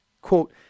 quote